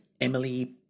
Emily